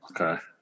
Okay